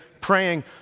praying